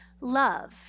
love